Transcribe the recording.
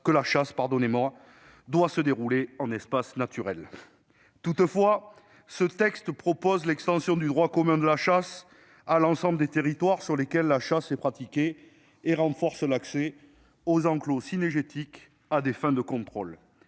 que la chasse doit se dérouler en espace naturel. Toutefois, ce texte vise à étendre le droit commun de la chasse à l'ensemble des territoires sur lesquels la chasse est pratiquée et à renforcer l'accès aux enclos cynégétiques à des fins de contrôles.